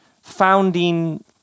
founding